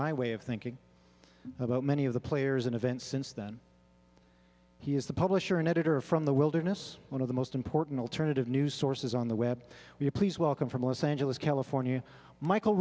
my way of thinking about many of the players and events since then he is the publisher and editor from the wilderness one of the most important alternative news sources on the web we are please welcome from los angeles california michael